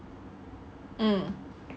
mm